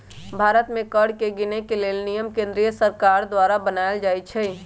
भारत में कर के गिनेके लेल नियम केंद्रीय सरकार द्वारा बनाएल जाइ छइ